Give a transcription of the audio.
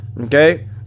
Okay